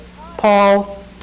Paul